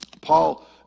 Paul